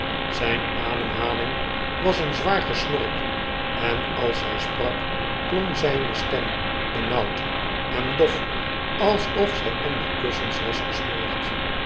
izyne ademhaling was een zwaar gesnork en als hij sprak klonk zyne stem benauwd en dof alsof zij onder kussens was gesmoord